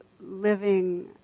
living